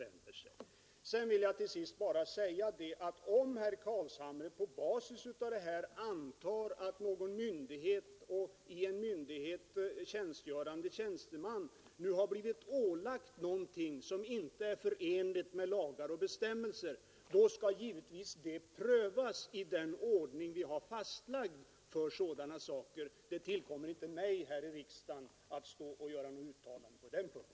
Sedan vill jag till sist bara säga att om herr Carlshamre på basis av detta antar att någon myndighet eller i en myndighet tjänstgörande tjänsteman har blivit ålagd någonting som inte är förenligt med innehållet i lagar och bestämmelser, skall detta givetvis prövas i den ordning som finns fastlagd för sådana saker. Det tillkommer inte mig att stå här i riksdagen och göra något uttalande på den punkten.